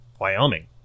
Wyoming